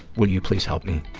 will you please help me.